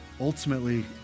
ultimately